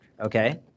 okay